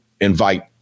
invite